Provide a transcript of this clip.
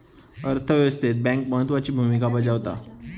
अर्थ व्यवस्थेत बँक महत्त्वाची भूमिका बजावता